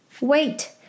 Wait